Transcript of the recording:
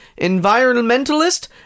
environmentalist